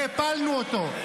והפלנו אותו.